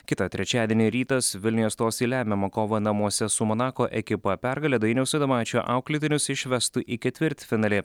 kitą trečiadienį rytas vilniuje stos į lemiamą kovą namuose su monako ekipa pergalė dainiaus adomaičio auklėtinius išvestų į ketvirtfinalį